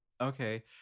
Okay